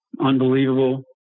unbelievable